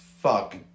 fuck